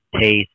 taste